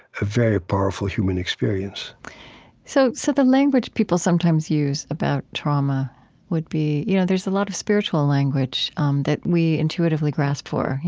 a very powerful human experience so so the language people sometimes use about trauma would be you know there's a lot of spiritual language um that we intuitively grasp for,